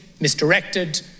misdirected